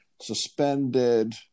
suspended